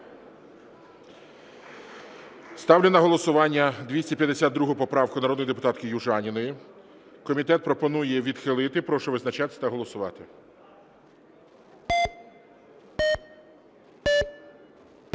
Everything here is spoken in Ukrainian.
Ставлю на голосування 252 поправку народної депутатки Южаніної. Комітет пропонує відхилити. Прошу визначатися та голосувати.